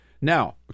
Now